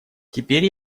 теперь